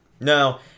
No